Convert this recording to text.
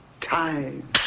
time